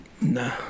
Nah